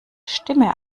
stimme